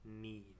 need